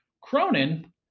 Cronin